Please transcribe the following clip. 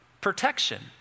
protection